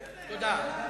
תודה.